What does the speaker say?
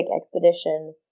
expedition